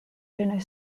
dinner